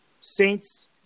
Saints